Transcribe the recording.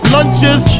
Lunches